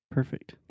Perfect